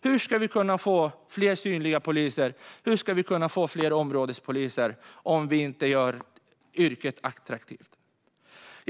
nu. Hur ska vi kunna få fler synliga poliser, och hur ska vi kunna få fler områdespoliser om vi inte gör yrket attraktivt?